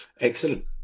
Excellent